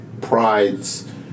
Pride's